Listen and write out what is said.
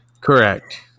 Correct